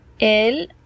el